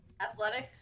Athletics